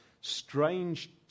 strange